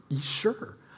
sure